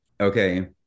okay